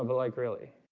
like really